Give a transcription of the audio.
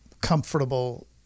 comfortable